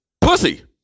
pussy